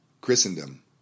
Christendom